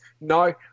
No